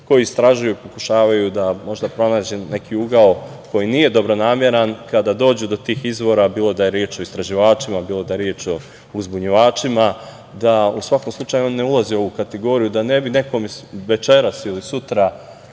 koji istražuju, pokušavaju da možda pronađu neki ugao koji nije dobronameran kada dođe do tih izvora, bilo da je reč o istraživačima, bilo da je reč o uzbunjivačima, da u svakom slučaju ne ulaze u ovu kategoriju, da ne bi nekome večeras ili sutra